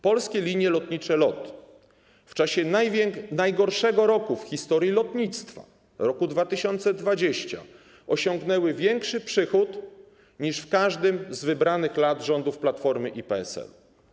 Polskie Linie Lotnicze LOT w czasie najgorszego roku w historii lotnictwa, roku 2020, osiągnęły większy przychód niż w każdym z wybranych lat rządów Platformy i PSL.